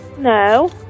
No